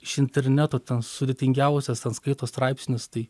iš interneto ten sudėtingiausias ten skaito straipsnius tai